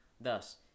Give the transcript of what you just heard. Thus